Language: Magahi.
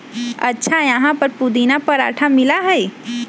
अच्छा यहाँ पर पुदीना पराठा मिला हई?